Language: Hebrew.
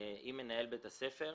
עם מנהל בית הספר.